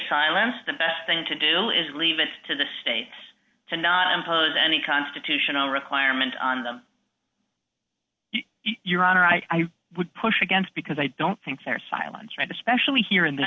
silence the best thing to do is leave it to the states to not impose any constitutional requirement on them your honor i would push against because i don't think their silence right especially here in the